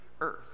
earth